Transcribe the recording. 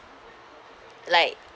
like